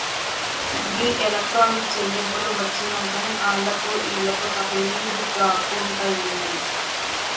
గీ electronic చెల్లింపులు వచ్చినంకనే ఆళ్లకు ఈళ్లకు తకిలీబ్ గాకుంటయింది